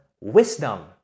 wisdom